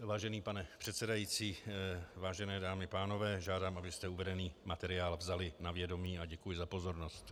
Vážený pane předsedající, vážené dámy a pánové, žádám, abyste uvedený materiál vzali na vědomí, a děkuji za pozornost.